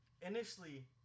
initially